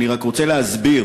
אני רק רוצה להסביר: